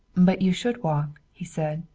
but you should walk, he said.